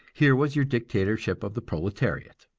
here was your dictatorship of the proletariat.